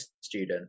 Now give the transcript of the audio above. student